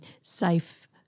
safe